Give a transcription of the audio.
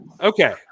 Okay